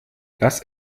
lass